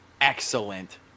Excellent